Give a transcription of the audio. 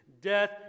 death